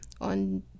on